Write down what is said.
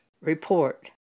report